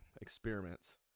experiments